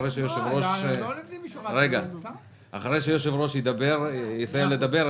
אחרי שהיושב-ראש -- לא לפנים משורת הדין ----- יסיים לדבר,